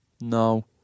no